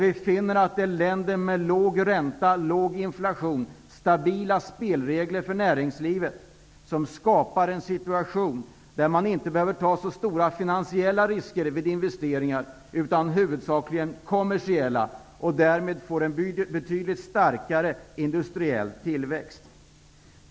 Vi finner att det är länder med låg ränta, låg inflation och stabila spelregler för näringslivet som skapar en situation där man inte behöver ta så stora finansiella risker vid investeringar utan huvudsakligen kommersiella risker. Därmed får man en betydligt starkare industriell tillväxt.